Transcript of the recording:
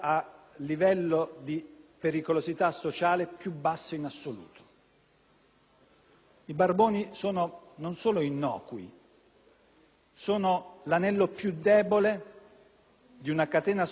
I barboni sono non solo innocui, ma l'anello più debole di una catena sociale che, scendendo verso il basso, diventa sempre più dolorosamente vulnerabile